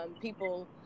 people